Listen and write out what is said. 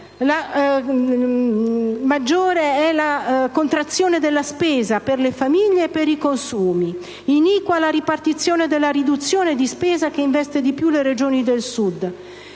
è maggiore la contrazione della spesa per le famiglie e dei consumi, è iniqua la ripartizione della riduzione di spesa, che investe di più le regioni del Sud,